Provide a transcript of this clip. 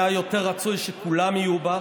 היה רצוי יותר שכולם יהיו בה,